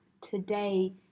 today